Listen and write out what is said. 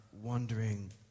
wondering